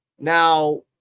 now